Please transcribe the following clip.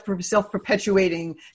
self-perpetuating